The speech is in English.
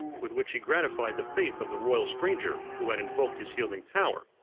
with which he gratified the faith of the royal stranger who had invoked his healing power,